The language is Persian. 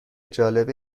جالبه